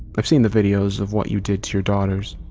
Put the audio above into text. i've seen the videos of what you did to your daughters.